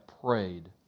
prayed